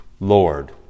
Lord